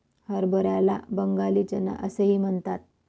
हरभऱ्याला बंगाली चना असेही म्हणतात